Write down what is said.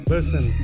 Listen